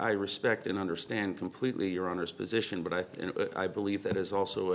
i respect and understand completely your honour's position but i think and i believe that is also